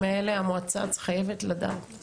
המועצה חייבת לדעת על זה.